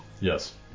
Yes